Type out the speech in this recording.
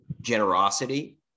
generosity